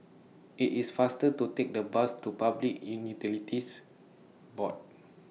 IT IS faster to Take The Bus to Public Board